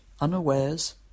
unawares